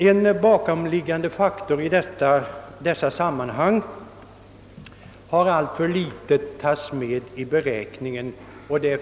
En bakomliggande faktor har i dessa sammanhang alltför litet tagits med i be räkningen.